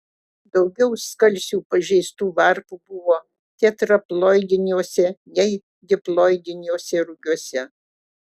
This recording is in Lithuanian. daugiau skalsių pažeistų varpų buvo tetraploidiniuose nei diploidiniuose rugiuose